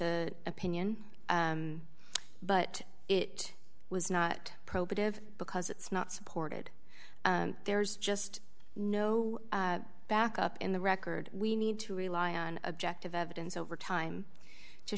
a opinion but it was not probative because it's not supported there's just no backup in the record we need to rely on objective evidence over time to